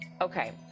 Okay